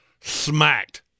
smacked